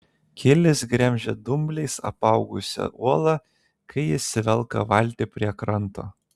kilis gremžia dumbliais apaugusią uolą kai jis velka valtį prie kranto